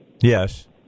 yes